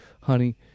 honey